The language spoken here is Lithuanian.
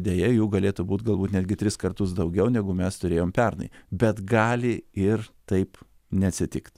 deja jų galėtų būt galbūt netgi tris kartus daugiau negu mes turėjom pernai bet gali ir taip neatsitikt